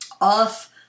off